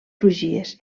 crugies